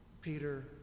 Peter